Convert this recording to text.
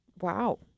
wow